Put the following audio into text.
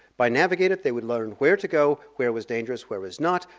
by navigate it they would learn where to go, where was dangerous, where was not.